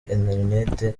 interineti